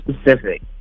specific